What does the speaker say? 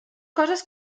coses